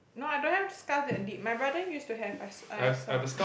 no I don't have scars that deep my brother used to have I I saw